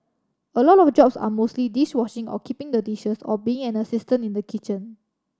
a lot of jobs are mostly dish washing or keeping the dishes or being an assistant in the kitchen